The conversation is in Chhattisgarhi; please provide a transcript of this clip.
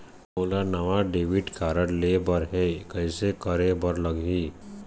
मोला नावा डेबिट कारड लेबर हे, कइसे करे बर लगही?